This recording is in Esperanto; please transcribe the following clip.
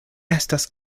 estas